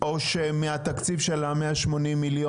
או שמהתקציב של ה-180 מיליון ₪?